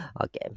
Okay